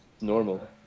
Normal